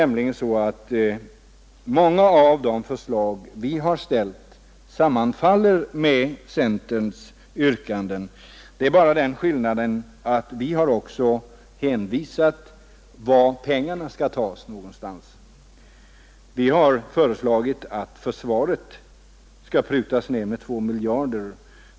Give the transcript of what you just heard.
Många av de förslag vi lagt fram sammanfaller nämligen med centerns yrkanden. Det är bara den skillnaden att vi också har anvisat varifrån pengarna skall tas. Vi har föreslagit att försvaret skall prutas ner med 2 miljarder.